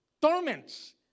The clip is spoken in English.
Torments